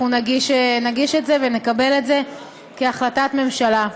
אנחנו נגיש את זה ונקבל את זה כהחלטת ממשלה.